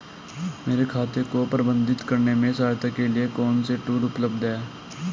मेरे खाते को प्रबंधित करने में सहायता के लिए कौन से टूल उपलब्ध हैं?